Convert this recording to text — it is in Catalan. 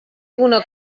alguna